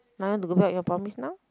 now you want to got back your promise now